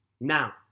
Now